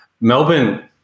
Melbourne